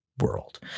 world